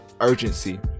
urgency